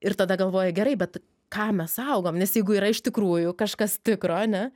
ir tada galvoji gerai bet ką mes saugom nes jeigu yra iš tikrųjų kažkas tikro ane